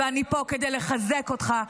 ואני פה כדי לחזק אותך.